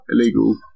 illegal